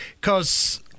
because-